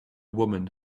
woman